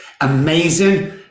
amazing